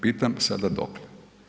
Pitam sada dokle?